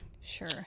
Sure